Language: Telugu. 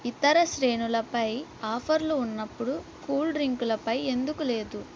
ఇతర శ్రేణులపై ఆఫర్లు ఉన్నప్పుడు కూల్ డ్రింకులపై ఎందుకు లేదు